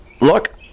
look